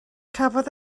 cafodd